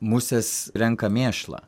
musės renka mėšlą